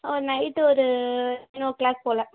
ஆ night ஒரு ten o'clock போல்